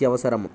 అత్యవసరము